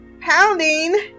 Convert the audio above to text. Pounding